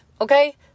Okay